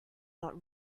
not